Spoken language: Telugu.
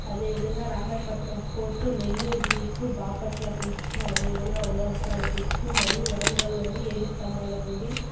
అదేవిధంగా Ramayapatnam port Nellore beach Bapatla beach అదేవిధంగా ఉలవపాడు బీచు మరియు వరంగల్లోని ఏడు స్తంభాల గుడి